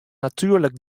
natuerlik